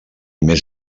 més